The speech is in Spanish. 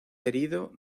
herido